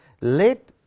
Let